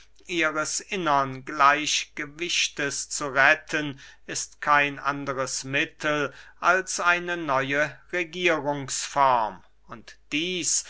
ihres innern gleichgewichtes zu retten ist kein anderes mittel als eine neue regierungsform und dieß